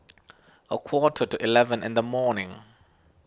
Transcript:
a quarter to eleven in the morning